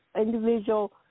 individual